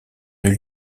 nul